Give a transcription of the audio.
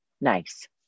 nice